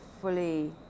fully